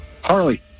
Harley